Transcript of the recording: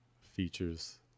features